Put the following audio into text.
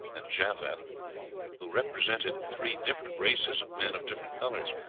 and japheth who represented three different races of men of different colors.